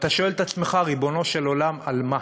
ואתה שואל את עצמך: ריבונו של עולם, על מה?